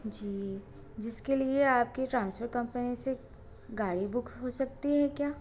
जी जिसके लिए आपकी ट्रांसपोर्ट कंपनी से गाड़ी बुक हो सकती है क्या